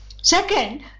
Second